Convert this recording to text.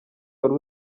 wari